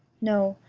no,